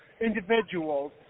individuals